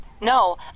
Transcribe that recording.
No